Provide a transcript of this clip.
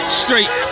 straight